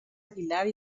aguilar